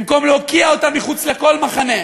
במקום להוקיע אותם, מחוץ לכל מחנה,